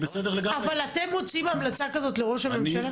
אבל אתם מוציאים המלצה כזאת לראש הממשלה?